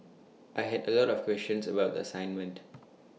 I had A lot of questions about the assignment